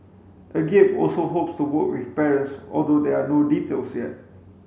agape also hopes to work with parents although there are no details yet